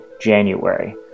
January